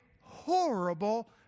horrible